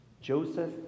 Joseph